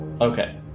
Okay